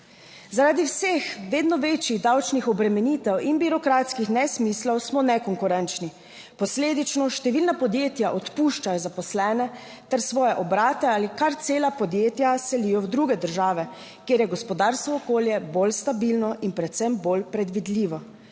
Zaradi vseh vedno večjih davčnih obremenitev in birokratskih nesmislov smo nekonkurenčni, posledično številna podjetja odpuščajo zaposlene ter svoje obrate ali kar cela podjetja selijo v druge države, kjer je gospodarsko okolje bolj stabilno in predvsem bolj predvidljivo,